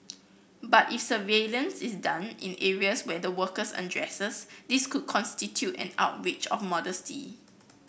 but if surveillance is done in areas where the workers undresses this could constitute an outrage of modesty